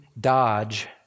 dodge